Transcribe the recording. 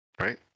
right